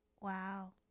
Wow